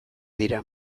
dira